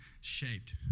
shaped